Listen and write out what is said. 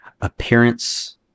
appearance